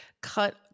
Cut